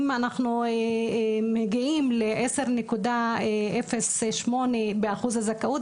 אם אנחנו מגיעים ל-7.3 באחוז הזכאות,